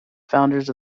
founders